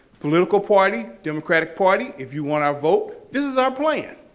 political party, democratic party, if you want our vote, this is our plan.